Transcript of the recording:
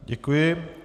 Děkuji.